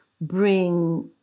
bring